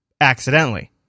accidentally